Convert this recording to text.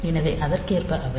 எனவே அதற்கேற்ப அவை